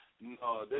No